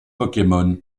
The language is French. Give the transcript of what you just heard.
pokémon